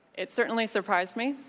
it certainly surprised me.